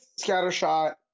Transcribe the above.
scattershot